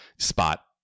spot